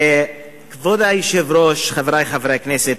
כבוד היושב-ראש, חברי חברי הכנסת,